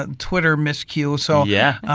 and twitter miscue. so. yeah.